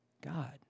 God